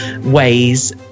ways